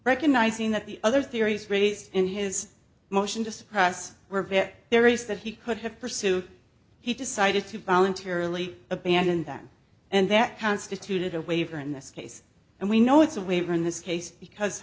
recognizing that the other theories raised in his motion to suppress were bit there is that he could have pursued he decided to voluntarily abandon them and that constituted a waiver in this case and we know it's a waiver in this case because